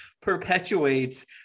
perpetuates